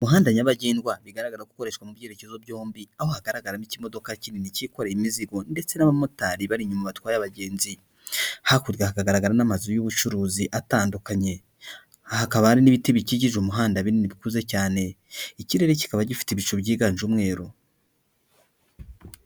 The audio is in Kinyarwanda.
Umuhanda nyabagendwa bigaragaza ko ukoreshwa mu byerekezo byombi aho hagaragaramo ikimodoka kinini cyikorera imizigo ndetse n'abamotari bari inyuma batwaye abagenzi, hakurya hagaragara n'amazu y'ubucuruzi atandukanye, hakaba hari n'ibiti bikikije umuhanda binini bikuze cyane, ikirere kikaba gifite ibicu byiganje umweru.